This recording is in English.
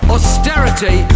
Austerity